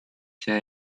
see